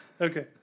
Okay